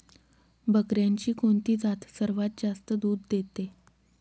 बकऱ्यांची कोणती जात सर्वात जास्त दूध देते?